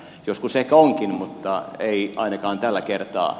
joskus ehkä ollaankin mutta ei ainakaan tällä kertaa